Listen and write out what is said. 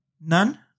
None